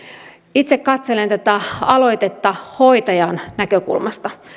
itse katselen tätä aloitetta hoitajan näkökulmasta